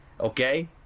okay